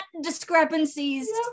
discrepancies